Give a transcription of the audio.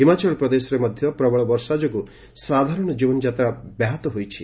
ହିମାଚଳ ପ୍ରଦେଶରେ ମଧ୍ୟ ପ୍ରବଳ ବର୍ଷା ଯୋଗୁଁ ସାଧାରଣ ଜୀବନ ଯାତ୍ରା ବ୍ୟାହତ ହୋଇଛି